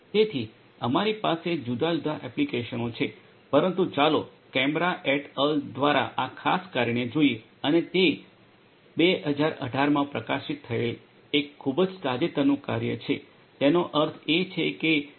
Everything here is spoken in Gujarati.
તેથી અમારી પાસે જુદા જુદા એપ્લિકેશનો છે પરંતુ ચાલો કેમ્બ્રા એટ અલ દ્વારા આ ખાસ કાર્યને જોઈએ અને તે 2018 માં પ્રકાશિત થયેલ એક ખૂબ જ તાજેતરનું કાર્ય છે તેનો અર્થ એ છે કે ખૂબ જ તાજેતરમાં તે પ્રકાશિત થયું છે